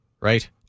Right